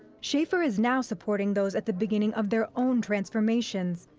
schafer is now supporting those at the beginning of their own transformations.